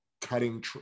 cutting